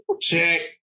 Check